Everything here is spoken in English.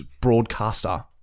Broadcaster